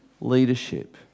leadership